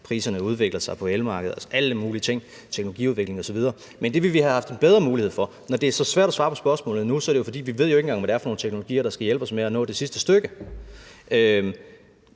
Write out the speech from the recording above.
priserne på elmarkedet udvikler sig og på teknologiudviklingen osv. Men vi ville have haft en bedre mulighed for at svare på det. Når det er så svært at svare på spørgsmålet nu, er det, fordi vi jo ikke engang ved, hvad det er for nogle teknologier, der skal hjælpe os med at nå det sidste stykke.